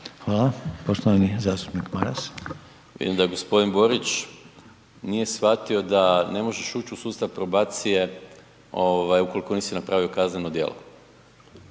Hvala, poštovani zastupnik Maras. **Maras, Gordan (SDP)** Vidim da g. Borić nije shvatio da ne možeš uć u sustav probacije ovaj ukolko nisi napravio kazneno djelo,